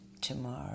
tomorrow